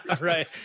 Right